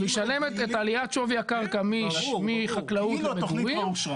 הוא ישלם את עליית שווה הקרקע מחקלאות למגורים,